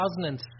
2007